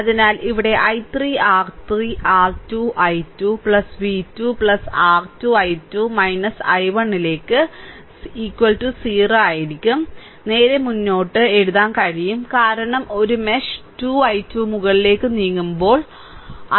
അതിനാൽ ഇവിടെ I3 R3 R 2 I2 v 2 R 2 I2 I1 ലേക്ക് 0 നേരെ മുന്നോട്ട് എഴുതാൻ കഴിയും കാരണം ഒരു മെഷ് 2 I2 മുകളിലേക്ക് നീങ്ങുമ്പോൾ മുകളിലേക്ക്